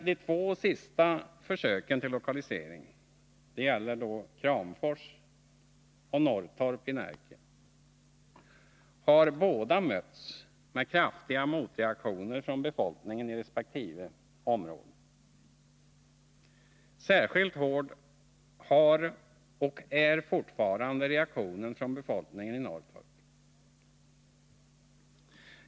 De två sista försöken till lokalisering — det gäller Kramfors och Norrtorp i Närke — har båda mötts med kraftiga motreaktioner från befolkningen i resp. områden. Särskilt hård har varit och är fortfarande reaktionen från befolkningen i Norrtorp.